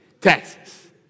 taxes